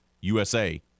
USA